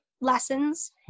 lessons